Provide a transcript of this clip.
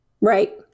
Right